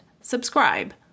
Subscribe